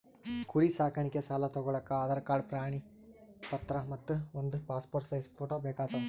ಕುರಿ ಸಾಕಾಣಿಕೆ ಸಾಲಾ ತಗೋಳಕ್ಕ ಆಧಾರ್ ಕಾರ್ಡ್ ಪಾಣಿ ಪತ್ರ ಮತ್ತ್ ಒಂದ್ ಪಾಸ್ಪೋರ್ಟ್ ಸೈಜ್ ಫೋಟೋ ಬೇಕಾತವ್